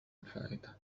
الفائتة